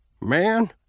Man